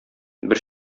бер